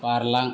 बारलां